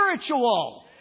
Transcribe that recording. spiritual